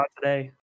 today